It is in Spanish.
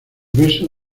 beso